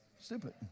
Stupid